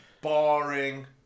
boring